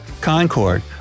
Concorde